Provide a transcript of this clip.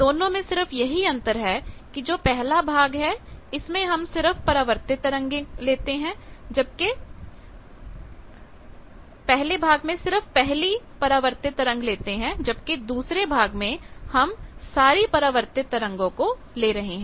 दोनों में सिर्फ यही अंतर है कि जो पहला भाग है इसमें हम सिर्फ पहली परावर्तित तरंग को लेते हैं जब के दूसरे भाग में हम बाकी सारी परिवर्तित तरंगों को ले रहे हैं